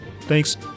Thanks